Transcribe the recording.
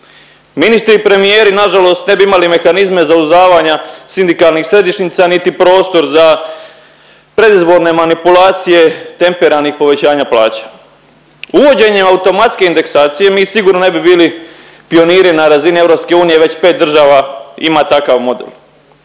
Ministri i premijeri nažalost ne bi imali mehanizme zauzdavanja sindikalnih središnjica niti prostora za predizborne manipulacije tempiranih povećanja plaća. Uvođenjem automatske indeksacije mi sigurno ne bi bili pioniri na razini EU već pet država ima takav model.